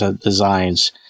designs